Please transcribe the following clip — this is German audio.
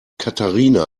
katharina